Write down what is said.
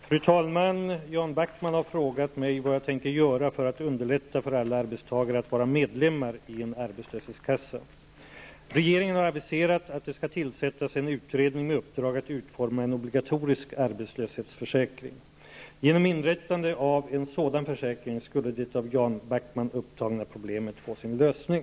Fru talman! Jan Backman har frågat mig vad jag tänker göra för att underlätta för alla arbetstagare att vara medlemmar i en arbetslöshetskassa. Regeringen har aviserat att det skall tillsättas en utredning med uppdrag att utforma en obligatorisk arbetslöshetsförsäkring. Genom inrättandet av en sådan försäkring skulle det av Jan Backman upptagna problemet få sin lösning.